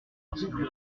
insoluble